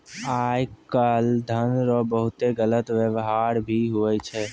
आय काल धन रो बहुते गलत वेवहार भी हुवै छै